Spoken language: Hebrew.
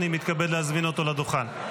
אני מתכבד להזמין אותו לדוכן.